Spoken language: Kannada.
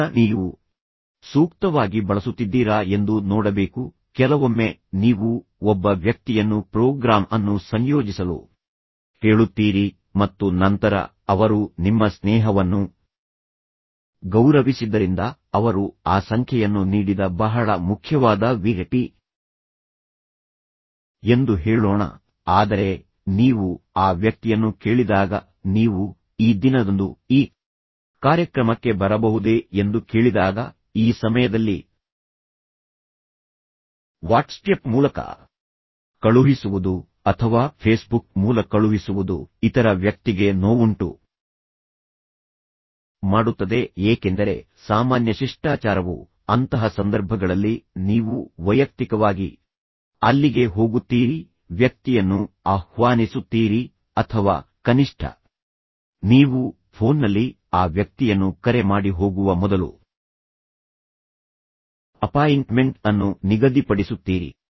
ಈಗ ನೀವು ಸೂಕ್ತವಾಗಿ ಬಳಸುತ್ತಿದ್ದೀರಾ ಎಂದು ನೋಡಬೇಕು ಕೆಲವೊಮ್ಮೆ ನೀವು ಒಬ್ಬ ವ್ಯಕ್ತಿಯನ್ನು ಪ್ರೋಗ್ರಾಂ ಅನ್ನು ಸಂಯೋಜಿಸಲು ಕೇಳುತ್ತೀರಿ ಮತ್ತು ನಂತರ ಅವರು ನಿಮ್ಮ ಸ್ನೇಹವನ್ನು ಗೌರವಿಸಿದ್ದರಿಂದ ಅವರು ಆ ಸಂಖ್ಯೆಯನ್ನು ನೀಡಿದ ಬಹಳ ಮುಖ್ಯವಾದ ವಿಐಪಿ ಎಂದು ಹೇಳೋಣ ಆದರೆ ನೀವು ಆ ವ್ಯಕ್ತಿಯನ್ನು ಕೇಳಿದಾಗ ನೀವು ಈ ದಿನದಂದು ಈ ಕಾರ್ಯಕ್ರಮಕ್ಕೆ ಬರಬಹುದೇ ಎಂದು ಕೇಳಿದಾಗ ಈ ಸಮಯದಲ್ಲಿ ವಾಟ್ಸ್ಆ್ಯಪ್ ಮೂಲಕ ಕಳುಹಿಸುವುದು ಅಥವಾ ಫೇಸ್ಬುಕ್ ಮೂಲಕ ಕಳುಹಿಸುವುದು ಇತರ ವ್ಯಕ್ತಿಗೆ ನೋವುಂಟು ಮಾಡುತ್ತದೆ ಏಕೆಂದರೆ ಸಾಮಾನ್ಯ ಶಿಷ್ಟಾಚಾರವು ಅಂತಹ ಸಂದರ್ಭಗಳಲ್ಲಿ ನೀವು ವೈಯಕ್ತಿಕವಾಗಿ ಅಲ್ಲಿಗೆ ಹೋಗುತ್ತೀರಿ ವ್ಯಕ್ತಿಯನ್ನು ಆಹ್ವಾನಿಸುತ್ತೀರಿ ಅಥವಾ ಕನಿಷ್ಠ ನೀವು ಫೋನ್ನಲ್ಲಿ ಆ ವ್ಯಕ್ತಿಯನ್ನು ಕರೆ ಮಾಡಿ ಹೋಗುವ ಮೊದಲು ಅಪಾಯಿಂಟ್ಮೆಂಟ್ ಅನ್ನು ನಿಗದಿಪಡಿಸುತ್ತೀರಿ